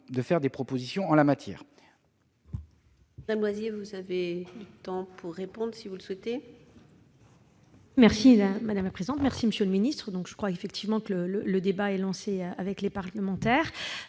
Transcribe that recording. de faire des propositions en la matière.